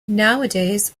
nowadays